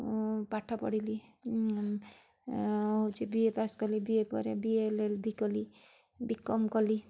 ମୁଁ ପାଠ ପଢ଼ିଲି ହେଉଛି ବିଏ ପାସ୍ କଲି ବି ଏ ପରେ ବିଏ ଏଲ୍ ଏଲ୍ ବି କଲି ବିକମ କଲି